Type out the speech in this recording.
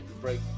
break